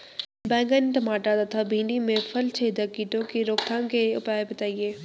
बैंगन टमाटर तथा भिन्डी में फलछेदक कीटों की रोकथाम के उपाय बताइए?